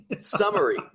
summary